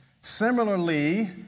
Similarly